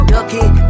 Ducking